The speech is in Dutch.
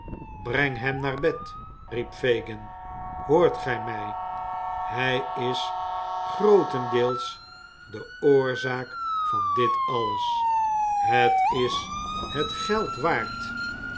breng hem naar bed riep fagin hoort gij mij hij is grootendeels de oorzaak van dit alles het is het geld waard